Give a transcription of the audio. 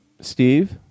Steve